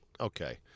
okay